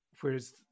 whereas